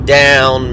down